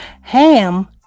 Ham